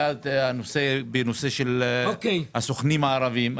היה הנושא של הסוכנים הערביים.